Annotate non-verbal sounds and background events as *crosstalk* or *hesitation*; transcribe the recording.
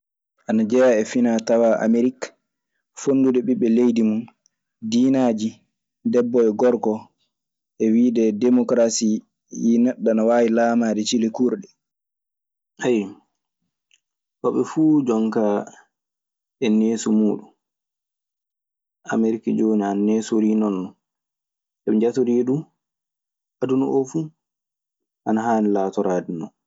Anajea e fina tawa amerike, fonude ɓiɓee leydi mun dinaji, deɓo e goeko e wide demokarasi wi neɗo ana wawi lamade cili kurɗi. *hesitation* Hoɓe fuu jonkaa e neesu muuɗun. Amerik jooni ana neesorii non. Eɓe njŋtorii du aduna oo fu ana haani laatoraade non.